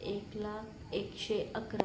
एक लाख एकशे अकरा